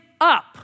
up